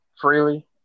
freely